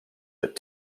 but